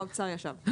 האוצר ישב.